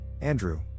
Andrew